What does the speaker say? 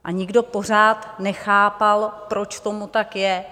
A nikdo pořád nechápal, proč tomu tak je.